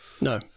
No